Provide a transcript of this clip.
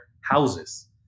houses